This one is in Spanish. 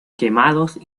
quemados